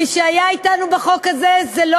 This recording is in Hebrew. מי שהיה אתנו בחוק הזה בוועדה,